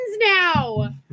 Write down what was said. now